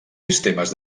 sistemes